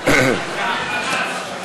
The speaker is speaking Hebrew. והיא תועבר לוועדת החוקה להמשך טיפול.